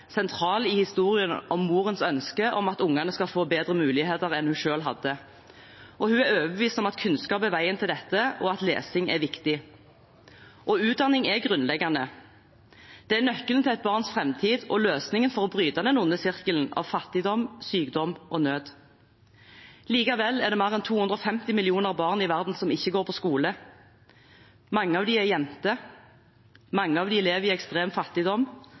sentral i morens ønske om at ungene skal få bedre muligheter enn hun selv hadde. Hun er overbevist om at kunnskap er veien til dette, og at lesing er viktig. Utdanning er grunnleggende. Det er nøkkelen til et barns framtid og løsningen for å bryte den onde sirkelen av fattigdom, sykdom og nød. Likevel er det mer enn 250 millioner barn i verden som ikke går på skole. Mange av dem er jenter, mange av dem lever i ekstrem fattigdom,